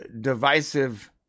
divisive